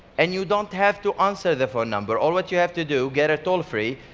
and you don't have to answer the phone number. all what you have to do, get a toll-free,